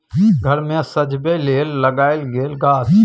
घर मे सजबै लेल लगाएल गेल गाछ